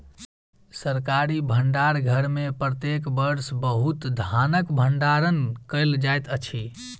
सरकारी भण्डार घर में प्रत्येक वर्ष बहुत धानक भण्डारण कयल जाइत अछि